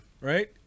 right